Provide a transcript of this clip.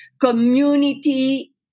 community